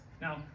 Now